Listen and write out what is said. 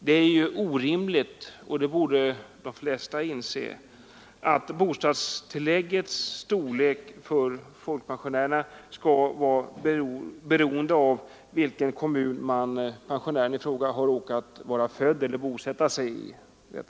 Det är ju orimligt — och det borde de flesta inse — att bostadstilläggets storlek för folkpensionärerna skall vara beroende av i vilken kommun man är bosatt.